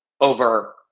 over